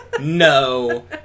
No